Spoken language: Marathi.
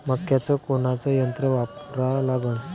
मक्याचं कोनचं यंत्र वापरा लागन?